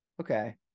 okay